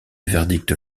verdict